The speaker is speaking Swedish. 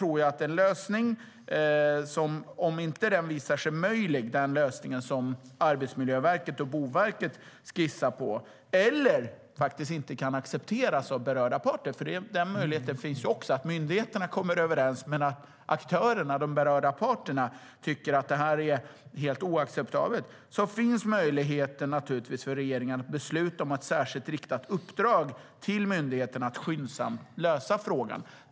Om den lösning som Arbetsmiljöverket och Boverket skissar på inte visar sig vara möjlig eller om den inte kan accepteras av berörda parter - det finns ju en möjlighet att myndigheterna kommer överens men att de berörda parterna tycker att det här är helt oacceptabelt - finns naturligtvis möjligheten för regeringen att besluta om att särskilt rikta ett uppdrag till myndigheten att skyndsamt lösa frågan.